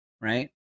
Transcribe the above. right